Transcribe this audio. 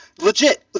legit